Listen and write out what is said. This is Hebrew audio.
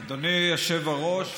אדוני היושב-ראש,